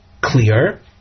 clear